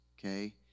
okay